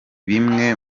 bimwe